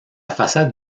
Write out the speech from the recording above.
façade